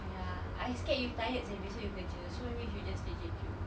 oh ya I scared you tired seh besok you kerja so maybe you just take J cube